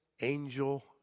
angel